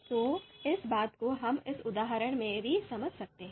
तो इस बात को हम इस उदाहरण में भी समझ सकते हैं